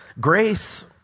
grace